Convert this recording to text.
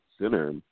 center